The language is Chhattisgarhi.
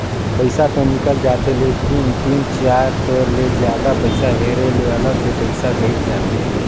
पइसा तो निकल जाथे लेकिन तीन चाएर तोर ले जादा पइसा हेरे ले अलग से पइसा कइट जाथे